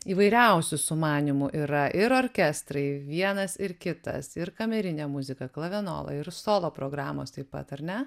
įvairiausių sumanymų yra ir orkestrai vienas ir kitas ir kamerinė muzika klavenola ir solo programos taip pat ar ne